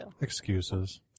Excuses